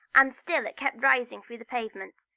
and still it kept rising through the pavement,